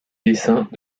dessins